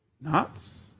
Nuts